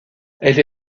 elle